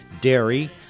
dairy